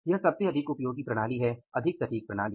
यह सबसे अधिक उपयोगी प्रणाली है अधिक सटीक प्रणाली